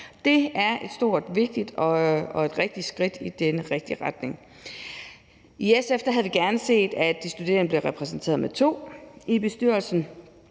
Det er et stort og vigtigt skridt i den rigtige retning. I SF havde vi gerne set, at de studerende blev repræsenteret med 2 medlemmer i bestyrelsen,